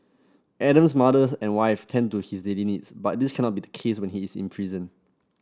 Adam's mother and wife tend to his daily needs but this cannot be the case when he is imprisoned